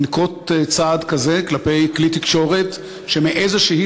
ינקוט צעד כזה כלפי כלי תקשורת שמאיזושהי